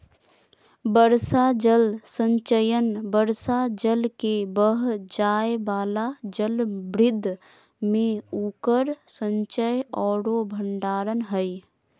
वर्षा जल संचयन वर्षा जल के बह जाय वाला जलभृत में उकर संचय औरो भंडारण हइ